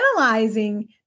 analyzing